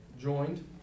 Joined